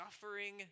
suffering